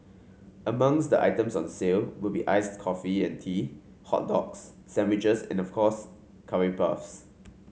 among the items on sale will be iced coffee and tea hot dogs sandwiches and of course curry puffs